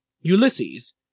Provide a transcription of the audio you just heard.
Ulysses